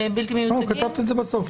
כתבת את זה בסוף.